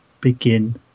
begin